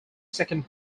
second